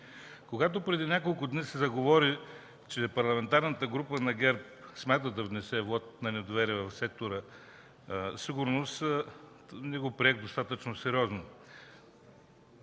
когато преди няколко дни се заговори, че Парламентарната група на ГЕРБ смята да внесе вот на недоверие в сектора „Сигурност”, не го приех достатъчно сериозно.